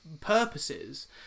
purposes